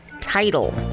title